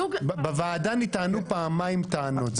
בוועדה נטענו פעמיים טענות.